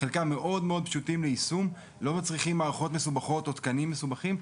חלקם מאוד פשוטים ליישום ולא מצריכים מערכות מסובכות או תקנים מסובכים,